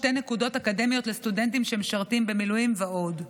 שתי נקודות אקדמיות לסטודנטים שמשרתים במילואים ועוד.